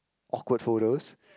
awkward photos